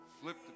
flip